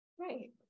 right